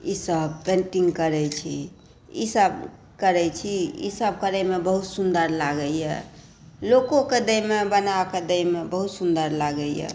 ई सभ पेन्टिंग करै छी ई सभ करै छी ई सभ करैमे बहुत सुन्दर लागैए लोकोके दैमे बनाकऽ दैमे बड़ा सुन्दर लागैए